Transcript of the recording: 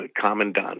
commandant's